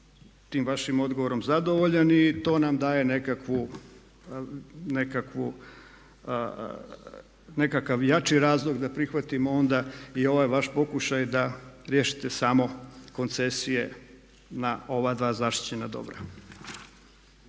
tim vašim odgovorom zadovoljan i to nam daje nekakav jači razlog da prihvatimo onda i ovaj vaš pokušaj da riješite samo koncesije na ova dva zaštićena dobra.